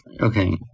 Okay